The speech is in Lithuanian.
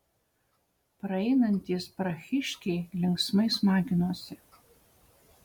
praeinantys prahiškiai linksmai smaginosi